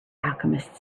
alchemist